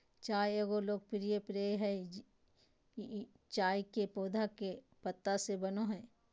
चाय एगो लोकप्रिय पेय हइ ई चाय के पौधा के पत्ता से बनो हइ